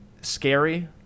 scary